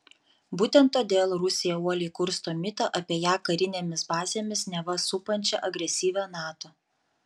būtent todėl rusija uoliai kursto mitą apie ją karinėmis bazėmis neva supančią agresyvią nato